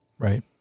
Right